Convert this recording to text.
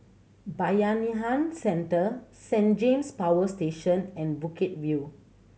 Bayanihan Centre Saint James Power Station and Bukit View